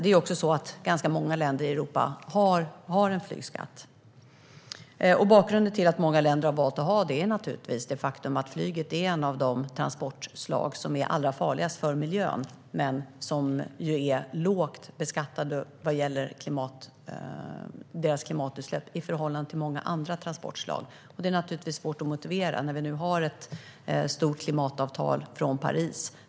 Det är också så att ganska många länder i Europa har en flygskatt, och bakgrunden till att många länder har valt att ha det är naturligtvis det faktum att flyget är ett av de transportslag som är allra farligast för miljön men i förhållande till många andra transportslag lågt beskattat vad gäller klimatutsläpp. Det är svårt att motivera när vi nu har ett stort klimatavtal från Paris.